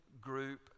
group